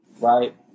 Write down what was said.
right